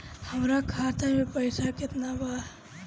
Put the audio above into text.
हमरा खाता में पइसा केतना बा?